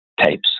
tapes